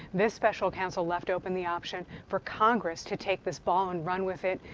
this special counsel left open the option for congress to take this ball and run with it,